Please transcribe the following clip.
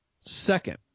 Second